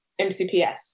MCPS